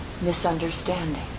misunderstanding